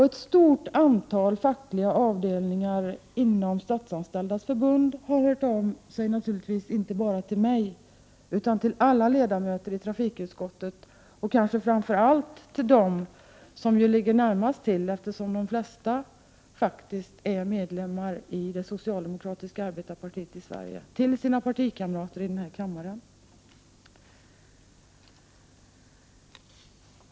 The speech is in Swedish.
Ett stort antal fackliga avdelningar inom Statsanställdas förbund har hört av sig, naturligtvis inte bara till mig utan till alla ledamöter i trafikutskottet, kanske framför allt till partikamrater i det socialdemokratiska arbetarepartiet, eftersom det faktiskt har flest medlemmar i Sverige.